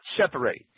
separate